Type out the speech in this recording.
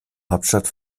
hauptstadt